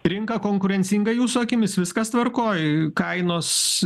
rinka konkurencinga jūsų akimis viskas tvarkoj kainos